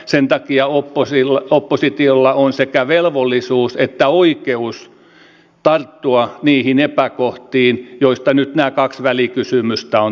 sen takia oppositiolla on sekä velvollisuus että oikeus tarttua niihin epäkohtiin joista nyt nämä kaksi välikysymystä on tehty